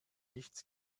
nichts